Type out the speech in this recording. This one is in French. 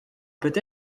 peut